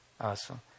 Awesome